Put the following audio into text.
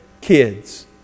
kids